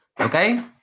Okay